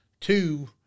two